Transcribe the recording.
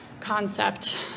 concept